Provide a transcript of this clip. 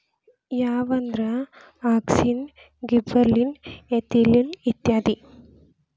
ಯಾವಂದ್ರ auxin, gibberellin, ethylene ಇತ್ಯಾದಿ